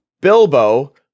Bilbo